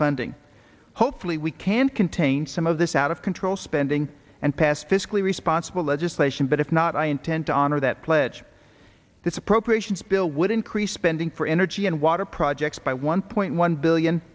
funding hopefully we can contain some of this out of control spending and pass fiscally responsible legislation but if not i intend to honor that pledge this appropriations bill would increase spending for energy and water projects by one point one billion